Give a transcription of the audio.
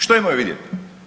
Što imaju vidjeti?